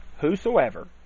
Whosoever